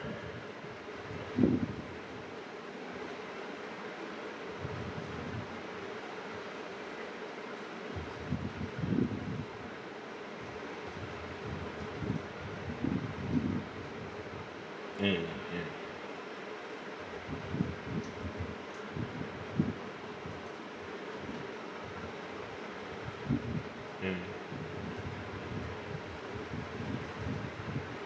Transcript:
mm mm mm